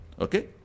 Okay